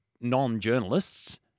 non-journalists